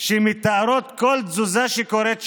שמתעדות כל תזוזה שקורית שם.